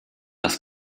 das